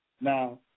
Now